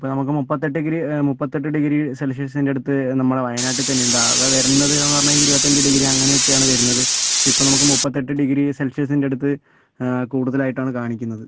ഇപ്പോൾ നമുക്ക് മുപ്പട്ടെഗ്രി മുപ്പത്തെട്ട് ഡിഗ്രി സെൽഷ്യസിൻ്റടുത്ത് നമ്മുടെ വയനാട്ടിൽ തന്നെയിണ്ട് ആകെ വരുന്നതെന്ന് പറഞ്ഞാൽ ഇരുപത്തിയഞ്ച് ഡിഗ്രി അങ്ങനെയൊക്കെയാണ് വരുന്നത് പക്ഷേ ഇപ്പോൾ നമുക്ക് മുപ്പത്തെട്ട് ഡിഗ്രി സെൽഷ്യസിൻ്റടുത് കൂടുതലായിട്ടാണ് കാണിക്കുന്നത്